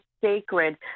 sacred